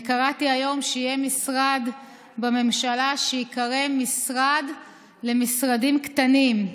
אני קראתי היום שיהיה משרד בממשלה שייקרא "משרד למשרדים קטנים"